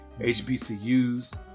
HBCUs